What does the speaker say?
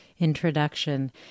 introduction